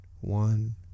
one